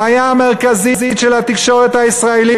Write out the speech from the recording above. הבעיה המרכזית של התקשורת הישראלית,